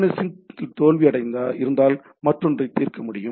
S இன் தோல்வி இருந்தால் மற்றொன்றை தீர்க்க முடியும்